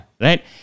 Right